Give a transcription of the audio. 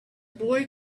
boy